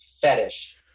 fetish